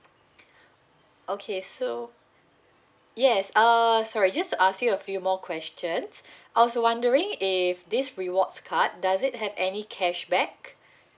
okay so yes err sorry just to ask you a few more questions I was wondering if these rewards card does it have any cashback